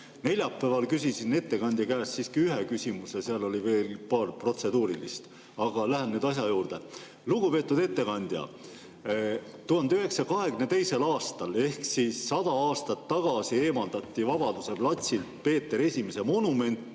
Neljapäeval küsisin ettekandja käest siiski ühe küsimuse ja siis oli veel paar protseduurilist. Aga lähen nüüd asja juurde. Lugupeetud ettekandja! 1922. aastal ehk sada aastat tagasi eemaldati Vabaduse platsilt Peeter Esimese monument